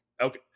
Okay